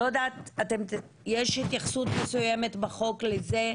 יש התייחסות מסוימת בחוק לזה?